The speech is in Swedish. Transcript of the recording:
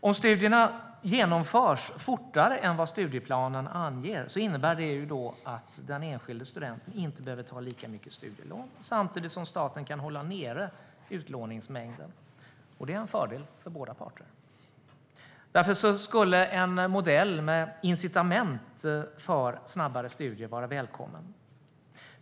Om studierna genomförs fortare än vad studieplanen anger innebär det att den enskilde studenten inte behöver ta lika mycket studielån, samtidigt som staten kan hålla nere utlåningsmängden. Det är en fördel för båda parter. Därför skulle en modell med incitament för snabbare studier vara välkommen.